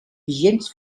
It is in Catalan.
vigents